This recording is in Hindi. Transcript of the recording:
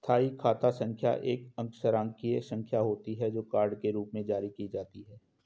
स्थायी खाता संख्या एक अक्षरांकीय संख्या होती है, जो कार्ड के रूप में जारी की जाती है